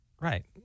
Right